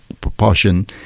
proportion